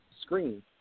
screen